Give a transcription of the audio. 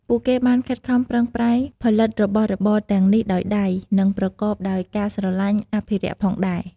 ពួកគេបានខិតខំប្រឹងប្រែងផលិតរបស់របរទាំងនេះដោយដៃ និងប្រកបដោយការស្រឡាញ់អភិរក្សផងដែរ។